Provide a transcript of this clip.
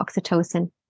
oxytocin